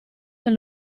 del